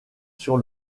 sur